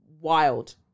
wild